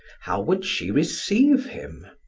how would she receive him?